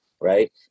right